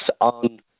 on